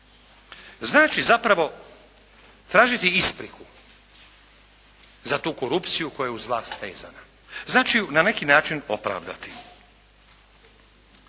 znači zapravo tražiti ispriku za tu korupciju koja je uz vlast vezana, znači ju na neki način opravdati.